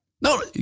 No